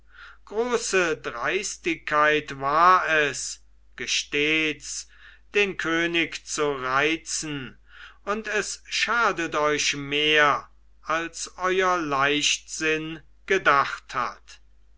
große dreistigkeit war es gestehts den könig zu reizen und es schadet euch mehr als euer leichtsinn gedacht hat